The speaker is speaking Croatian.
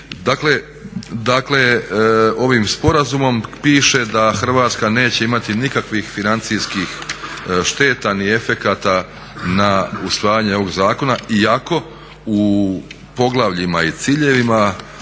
Dakle, ovim sporazumom piše da Hrvatska neće imati nikakvih financijskih šteta ni efekata na usvajanje ovog zakona iako u poglavljima i ciljevima